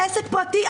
דיברתי על עסק פרטי.